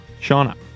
Shauna